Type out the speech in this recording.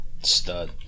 stud